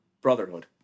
brotherhood